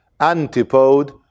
antipode